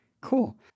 Cool